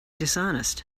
dishonest